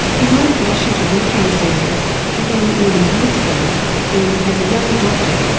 his motivation to work in this area began many years ago when, as a young doctor,